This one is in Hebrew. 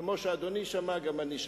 כמו שאדוני שמע, גם אני שמעתי.